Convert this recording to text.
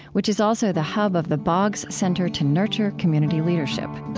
which is also the hub of the boggs center to nurture community leadership